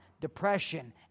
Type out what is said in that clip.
depression